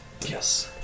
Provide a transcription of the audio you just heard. Yes